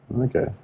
Okay